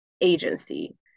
agency